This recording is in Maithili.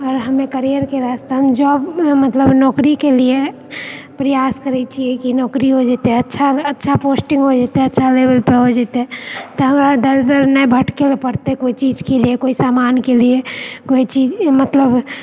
आओर हमे करियर के वास्ते हम जॉब मतलब नौकरी के लियऽ प्रयास करै छियै कि नौकरी हो जेतै अच्छा अच्छा पोस्टिंग हो जेतै अच्छा लेवल पे हो जेतै तऽ हमरा दर दर नहि भटके पड़तै कोइ चीज के लिए कोइ समान के लिए कोइ चीज मतलब